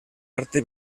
arte